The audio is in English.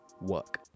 Work